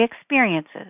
experiences